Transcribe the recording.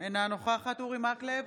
אינה נוכחת אורי מקלב,